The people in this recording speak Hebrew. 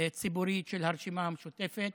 והציבורית של הרשימה המשותפת.